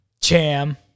Cham